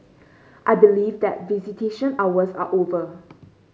I believe that visitation hours are over